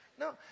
No